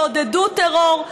ועודדו טרור,